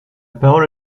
parole